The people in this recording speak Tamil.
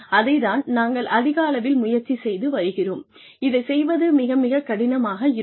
அதைத்தான் நாங்கள் அதிக அளவில் முயற்சி செய்து வருகிறோம் இதைச் செய்வது மிக மிகக் கடினமாக இருக்கும்